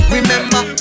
Remember